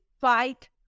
fight